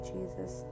Jesus